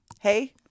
Hey